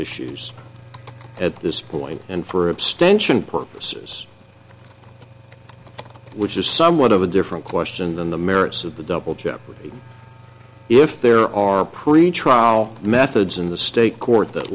issues at this point and for abstention purposes which is somewhat of a different question than the merits of the double jeopardy if there are pretrial methods in the state court that